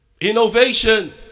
Innovation